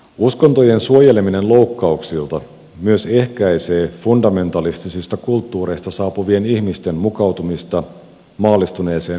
uskontojen suojeleminen loukkauksilta myös ehkäisee fundamentalistista kulttuureista saapuvien ihmisten mukautumista maallistuneeseen länsimaiseen yhteiskuntaan